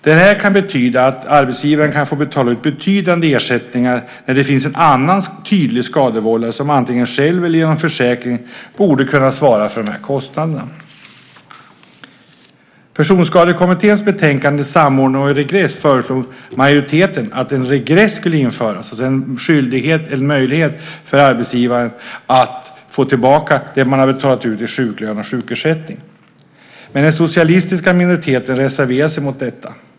Detta kan betyda att arbetsgivaren kan få betala ut betydande ersättningar när det finns en annan tydlig skadevållare som antingen själv eller genom försäkring borde kunna svara för de här kostnaderna. I Personskadekommitténs betänkande Samordning och regress föreslog majoriteten att en regress skulle införas, det vill säga en möjlighet för arbetsgivaren att få tillbaka det man betalat ut i sjuklön och sjukersättning. Men den socialistiska minoriteten reserverade sig mot detta.